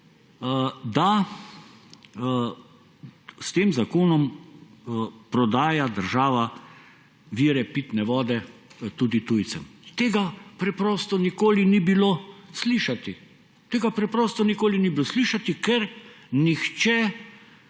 da s tem zakonom prodaja država vire pitne vode tudi tujcem. Tega preprosto nikoli ni bilo slišati. Tega